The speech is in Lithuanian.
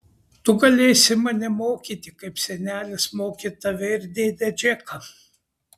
tu galėsi mane mokyti kaip senelis mokė tave ir dėdę džeką